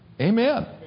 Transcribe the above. Amen